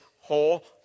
whole